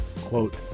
Quote